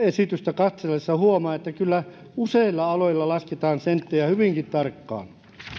katsellessa huomaa että kyllä useilla aloilla lasketaan senttejä hyvinkin tarkkaan